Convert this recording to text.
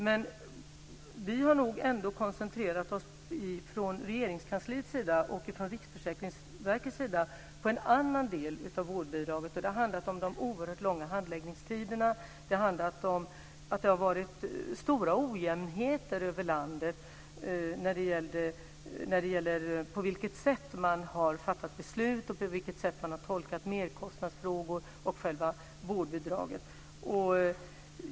Men vi har nog från Regeringskansliets och Riksförsäkringsverkets sida koncentrerat oss på en annan del av vårdbidraget. Det har handlat om de oerhört långa handläggningstiderna. Det har handlat om att det har varit stora olikheter över landet när det gäller på vilket sätt man har fattat beslut och på vilket sätt man har tolkat merkostnadsfrågor och själva vårdbidraget.